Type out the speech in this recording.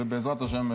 ובעזרת השם,